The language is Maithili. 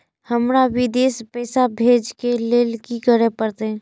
हमरा विदेश पैसा भेज के लेल की करे परते?